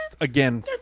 Again